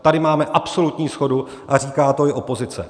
Tady máme absolutní shodu a říká to i opozice.